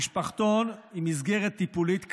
המשפחתון הוא מסגרת טיפולית קטנה,